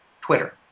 Twitter